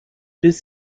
bis